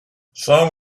some